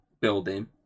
building